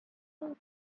your